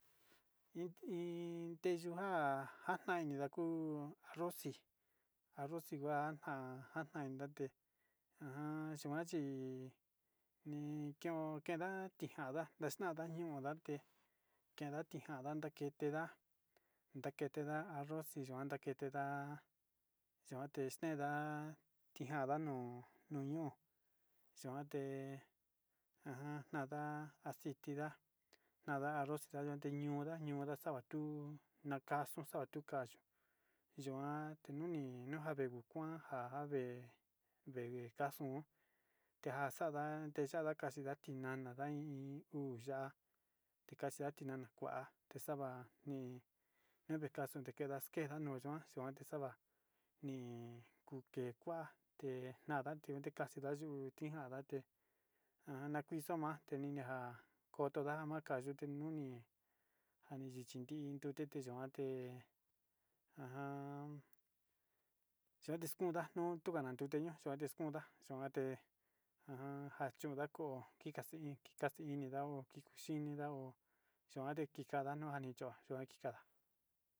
In nteyo ja jatnainida ku arvoz te yuka chi ke'eda ntosto'anda ñu'uda stenda tijaranda te yuka te kaxida yarada tinanada ku yoka yokate tha'ada nteya'a jikani ntnada ñii te kuiso ma.